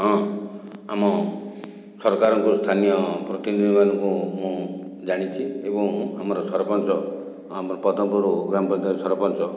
ହଁ ଆମ ସରକାରଙ୍କ ସ୍ଥାନୀୟ ପ୍ରତିନିଧି ମାନଙ୍କୁ ମୁଁ ଜାଣିଛି ଏବଂ ଆମର ସରପଞ୍ଚ ଆମର ପଦମପୁର ଗ୍ରାମପଞ୍ଚାୟତ ସରପଞ୍ଚ